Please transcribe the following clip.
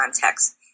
context